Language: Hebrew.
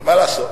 מה לעשות?